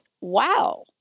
wow